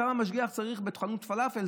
כמה משגיח צריך בחנות פלאפל.